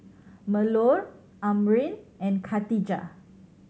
Melur Amrin and Khatijah